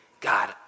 God